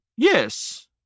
Yes